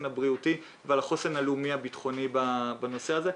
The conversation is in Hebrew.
הבריאותי והחוסן ועל החוסן הלאומי הביטחוני בנושא הזה.